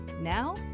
Now